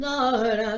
Lord